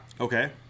Okay